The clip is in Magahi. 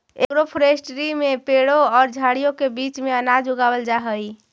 एग्रोफोरेस्ट्री में पेड़ों और झाड़ियों के बीच में अनाज उगावाल जा हई